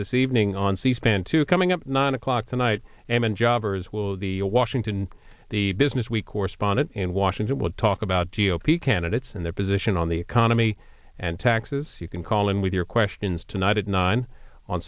this evening on c span two coming up nine o'clock tonight and jobbers will of the washington the business week correspondent in washington will talk about g o p candidates and their position on the economy and taxes you can call in with your questions tonight at nine on